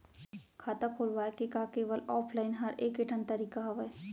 खाता खोलवाय के का केवल ऑफलाइन हर ऐकेठन तरीका हवय?